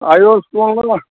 ऐं यौ सुनलहुँ